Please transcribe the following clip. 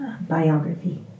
biography